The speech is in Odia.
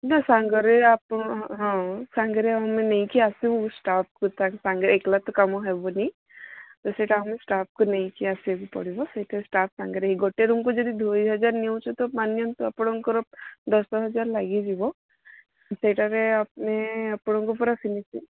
ନା ସାଙ୍ଗରେ ଆପଣ ହଁ ସାଙ୍ଗରେ ଆଉ ମୁଁ ନେଇକି ଆସିବୁ ଷ୍ଟାଫ୍କୁ ତାଙ୍କ ସାଙ୍ଗେ ଏକେଲା ତ କାମ ହେବନି ତ ସେ ତାଙ୍କ ଷ୍ଟାଫ୍କୁ ନେଇକି ଆସିବାକୁ ପଡ଼ିବ ସେଥିରେ ଷ୍ଟାଫ୍ ସାଙ୍ଗରେ ଗୋଟେ ରୁମ୍କୁ ଯଦି ଦୁଇ ହଜାର ନିଅଚୁ ତ ମାନିନିଅନ୍ତୁ ଆପଣଙ୍କର ଦଶ ହଜାର ଲାଗିଯିବ ସେଇଟା ଏବେ ଆମେ ଆପଣଙ୍କୁ ପୁରା ଫିନିସିଙ୍ଗ୍